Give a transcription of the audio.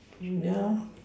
yeah